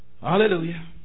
Hallelujah